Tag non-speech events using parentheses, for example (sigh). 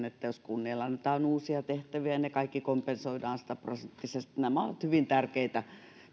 (unintelligible) että jos kunnille annetaan uusia tehtäviä ne kaikki kompensoidaan sataprosenttisesti nämä ovat hyvin tärkeitä